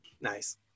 Nice